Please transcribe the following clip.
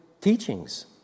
teachings